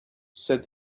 said